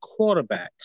quarterbacks